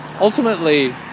Ultimately